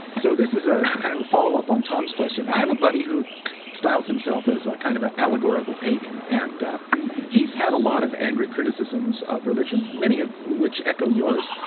so this is a kind of a follow-up on tom's question. i have a buddy who styles himself as a kind of an allegorical pagan. and he's had a lot of angry criticisms of religion, many of which echo yours.